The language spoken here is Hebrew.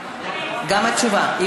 גם התשובה.